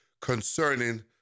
concerning